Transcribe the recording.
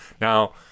Now